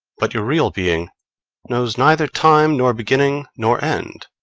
but your real being knows neither time, nor beginning, nor end,